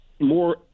more